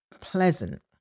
pleasant